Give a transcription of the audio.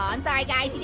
um i'm sorry guy.